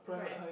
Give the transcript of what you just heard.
crap